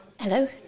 Hello